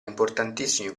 importantissimi